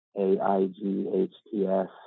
A-I-G-H-T-S